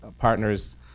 partners